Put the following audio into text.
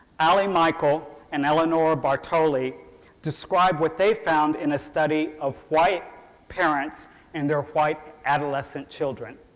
ali michael and eleonora bartoli describe what they found in a study of white parents and their white adolescent children.